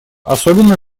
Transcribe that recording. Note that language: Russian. особенно